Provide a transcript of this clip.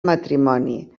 matrimoni